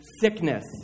sickness